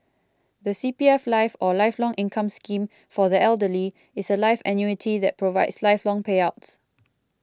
the C P F life or Lifelong Income Scheme for the Elderly is a life annuity that provides lifelong payouts